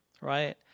right